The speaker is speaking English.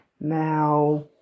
Now